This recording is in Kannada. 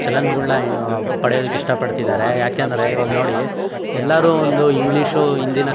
ಚಲನ್ಗಳ್ನ ಪಡಿಯೋದಕ್ಕೆ ಇಷ್ಟ ಪಡ್ತಿದ್ದಾರೆ ಯಾಕೆಂದರೆ ಇವಾಗ ನೋಡಿ ಎಲ್ಲರೂ ಒಂದು ಇಂಗ್ಲೀಷು ಹಿಂದಿನ